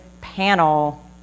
panel